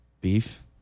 Beef